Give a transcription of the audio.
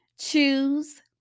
Choose